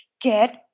Get